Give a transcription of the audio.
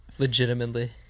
Legitimately